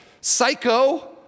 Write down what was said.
psycho